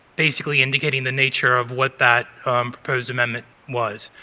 basically indicating the nature of what that proposed amendment was.